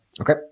Okay